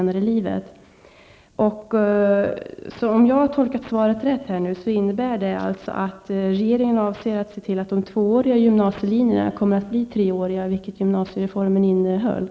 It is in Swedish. Om jag har tolkat svaret rätt innebär det att regeringen avser att se till att de tvååriga gymansielinjerna kommer att bli treåriga, vilket föreslogs i gymnasiereformen.